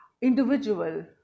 individual